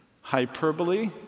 hyperbole